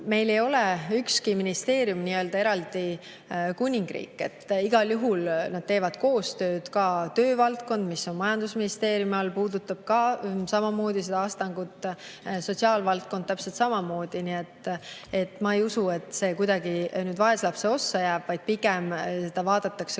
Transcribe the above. meil ei ole ükski ministeerium nii-öelda eraldi kuningriik. Igal juhul nad teevad koostööd. Ka töövaldkond, mis on majandusministeeriumi [alluvuses], puudutab samamoodi Astangut, sotsiaalvaldkond täpselt samamoodi. Nii et ma ei usu, et see kuidagi vaeslapse ossa jääb, vaid pigem vaadatakse